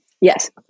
Yes